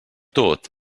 tot